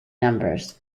numbers